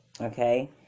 okay